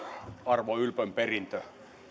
arvo ylpön perintö